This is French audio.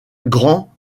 grand